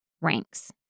ranks